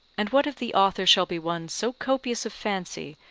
and what if the author shall be one so copious of fancy,